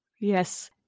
Yes